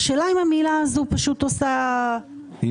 השאלה אם המילה הזו פשוט עושה --- בסופו של